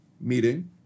meeting